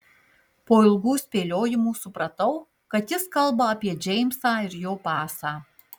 po ilgų spėliojimų supratau kad jis kalba apie džeimsą ir jo pasą